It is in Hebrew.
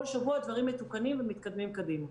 כל שבוע דברים מתוקנים ומתקדמים קדימה.